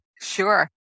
Sure